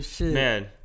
man